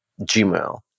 Gmail